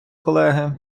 колеги